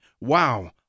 wow